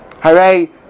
Hooray